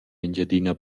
engiadina